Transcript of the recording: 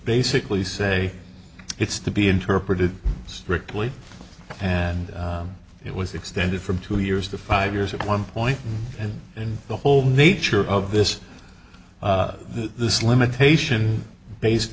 basically say it's to be interpreted strictly and it was extended from two years to five years at one point and in the whole nature of this this limitation based